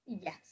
yes